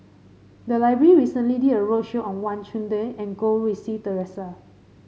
the library recently did a roadshow on Wang Chunde and Goh Rui Si Theresa